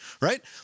right